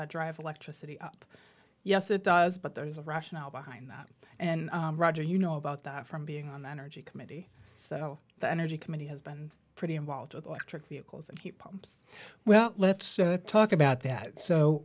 that drive electricity up yes it does but there is a rationale behind that and roger you know about that from being on the energy committee so the energy committee has been pretty involved with electric vehicles and heat pumps well let's talk about that so